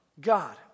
God